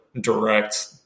direct